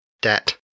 debt